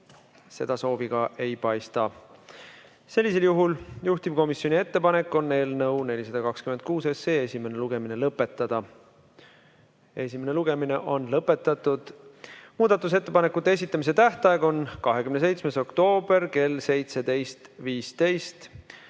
Seda soovi ka ei paista. Sellisel juhul on juhtivkomisjoni ettepanek eelnõu 426 esimene lugemine lõpetada. Esimene lugemine on lõpetatud. Muudatusettepanekute esitamise tähtaeg on 27. oktoober kell 17.15.